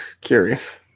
curious